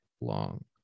long